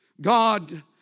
God